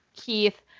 Keith